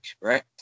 right